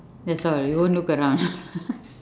that's all you won't look around